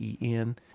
en